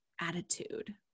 attitude